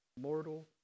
mortal